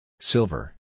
Silver